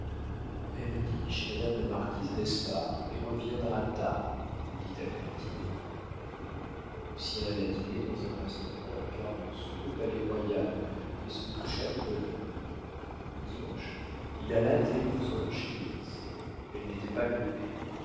elle dîne chez madame la marquise d'espard et reviendra tard lui dit albertine lucien alla dîner dans un restaurant à quarante sous au palais-royal et se coucha de bonne heure le dimanche il alla dès onze heures chez louise elle n'était pas levée